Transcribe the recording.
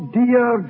dear